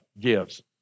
gives